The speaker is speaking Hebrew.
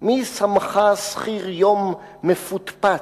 מי שמך שכיר-יום מפוטפט,